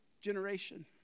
generation